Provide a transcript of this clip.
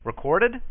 Recorded